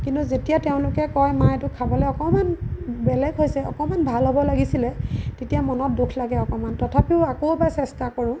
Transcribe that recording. কিন্তু যেতিয়া তেওঁলোকে কয় মা এইটো খাবলৈ অকমান বেলেগ হৈছে অকণমান ভাল হ'ব লাগিছিলে তেতিয়া মনত দুখ লাগে অকণমান তথাপিও আকৌ এবাৰ চেষ্টা কৰোঁ